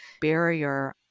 barrier